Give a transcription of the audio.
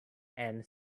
and